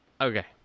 okay